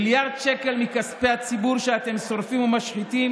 מיליארד שקל מכספי ציבור שאתם שורפים ומשחיתים